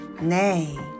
nay